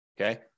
okay